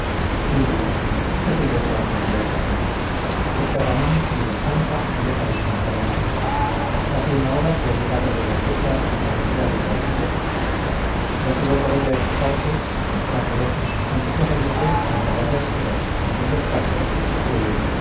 un día qué sé yo cuántos días serán este ramón ni descansa ni deja descansar a nadie hace una hora que ha llegado de gandesa la partida del arcipreste recibo por ella este parte mostrándolo en que se me dice entre varias cosas que no son del caso que